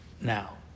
now